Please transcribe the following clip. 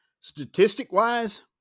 Statistic-wise